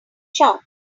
sharks